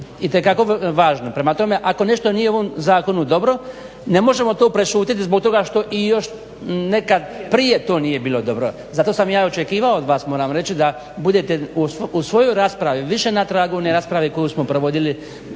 itekako važno. Prema tome ako nešto nije u ovom zakonu dobro, ne možemo to prešutjeti zbog toga što i još nekad prije to nije bilo dobro, zato sam ja očekivao od vas moram reći da budete u svojoj raspravi više na tragu one rasprave koju smo proveli